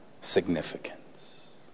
significance